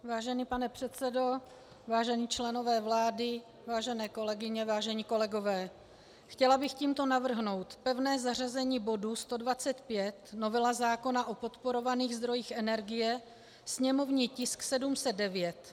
Vážený pane předsedo, vážení členové vlády, vážené kolegyně, vážení kolegové, chtěla bych tímto navrhnout pevné zařazení bodu 125, novela zákona o podporovaných zdrojích energie, sněmovní tisk 709.